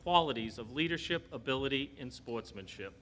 qualities of leadership ability in sportsmanship